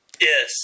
Yes